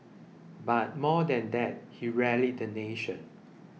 but more than that he rallied the nation